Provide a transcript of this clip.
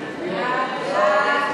101),